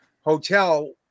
Hotel